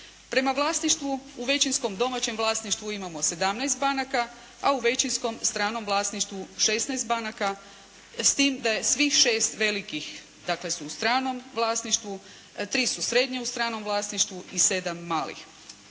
Prema vlasništvu u većinskom domaćem vlasništvu imamo sedamnaest banaka a u većinskom stranom vlasništvu šesnaest banaka s tim da su svih šest velikih u stranom vlasništvu, tri su srednje u stranom vlasništvu i sedam malih.